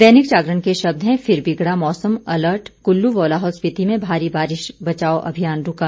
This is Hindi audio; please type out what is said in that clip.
दैनिक जागरण के शब्द हैं फिर बिगड़ा मौसम अलर्ट कुल्लू व लाहौल स्पीति में भारी बारिश बचाव अभियान रूका